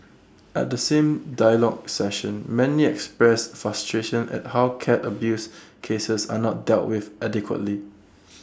at the same dialogue session many expressed frustration at how cat abuse cases are not dealt with adequately